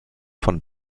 von